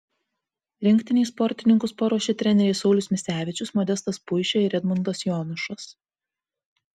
rinktinei sportininkus paruošė treneriai saulius misevičius modestas puišė ir edmundas jonušas